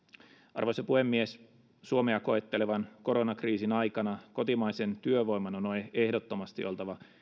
arvoisa puhemies suomea koettelevan koronakriisin aikana kotimaisen työvoiman on on ehdottomasti oltava